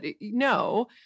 no